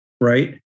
right